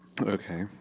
Okay